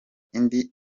indi